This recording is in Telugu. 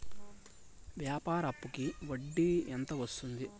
వ్యాపార అప్పుకి వడ్డీ ఎంత వస్తుంది?